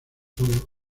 todo